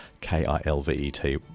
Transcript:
K-I-L-V-E-T